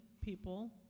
people